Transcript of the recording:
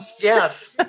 Yes